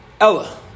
Ella